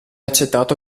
accettato